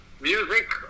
music